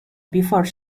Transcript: before